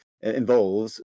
involves